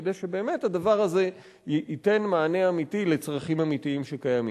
כדי שבאמת הדבר הזה ייתן מענה אמיתי לצרכים אמיתיים שקיימים.